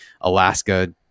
Alaska